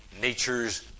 Nature's